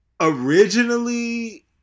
Originally